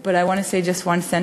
but I want to say just one sentence,